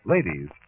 Ladies